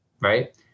Right